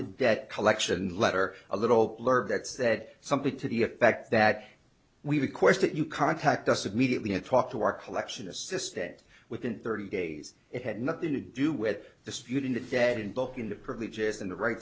the debt collection letter a little blurb that said something to the effect that we request that you contact us immediately and talk to our collection assistance within thirty days it had nothing to do with disputing the dead book into privileges and the right